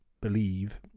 believe